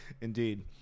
Indeed